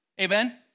Amen